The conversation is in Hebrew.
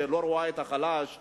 שלא רואה את החלש ממטר.